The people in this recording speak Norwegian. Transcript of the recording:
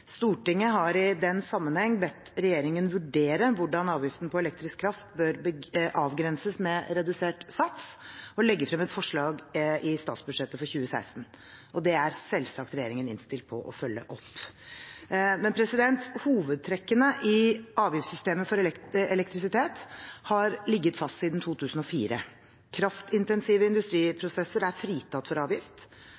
Stortinget har i den sammenheng bedt regjeringen vurdere hvordan avgiften på elektrisk kraft bør avgrenses med redusert sats, og legge frem et forslag i statsbudsjettet for 2016. Det er selvsagt regjeringen innstilt på å følge opp. Hovedtrekkene i avgiftssystemet for elektrisitet har ligget fast siden 2004. Kraftintensive industriprosesser er fritatt for avgift.